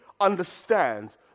understand